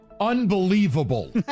unbelievable